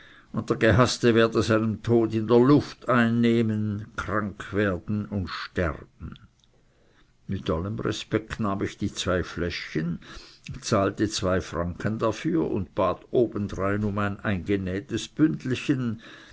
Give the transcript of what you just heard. der gehaßte werde seinen tod in der luft einnehmen krank werden und sterben mit allem respekt nahm ich die zwei fläschchen zahlte zwei franken dafür und bat obendrein um ein eingenähtes